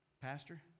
Pastor